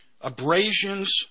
abrasions